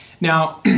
Now